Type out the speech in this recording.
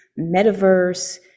metaverse